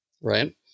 Right